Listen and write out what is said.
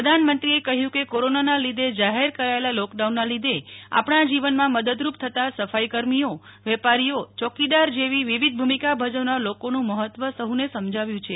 પ્રધાનમંત્રીએ કહ્યું કે કોરોનાના લીધે જાહેર કરાયેલા લોકડાઉનના લીધે આપણા જીવનમાં મદદરૂપ થતાં સફાઇ કર્મીઓ વેપારીઓ સિક્વ્યરીટી ગાર્ડઝ જેવી વિવિધ ભૂમિકા ભજવનાર લોકોનું મહત્વ સહ્ને સમજાવ્યું છે